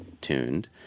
tuned